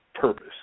purpose